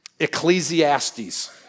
Ecclesiastes